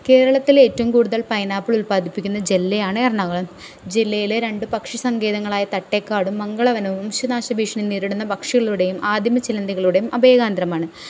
കേരളത്തിൽ ഏറ്റവും കൂടുതൽ പൈനാപ്പിൾ ഉൽപാദിപ്പിക്കുന്ന ജില്ലയാണ് എറണാകുളം ജില്ലയിലെ രണ്ട് പക്ഷിസങ്കേതങ്ങളായ തട്ടേക്കാടും മംഗളവനവും വംശനാശഭീഷണി നേരിടുന്ന പക്ഷികളുടെയും ആദിമചിലന്തികളുടെയും അഭയകേന്ദ്രമാണ്